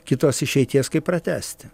kitos išeities kaip pratęsti